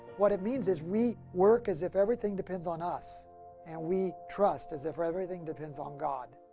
what it means is we work as if everything depends on us and we trust as if everything depends on god.